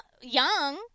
young